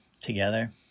together